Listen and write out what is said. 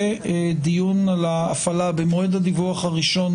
יהיה דיון על ההפעלה במועד הדיווח הראשון.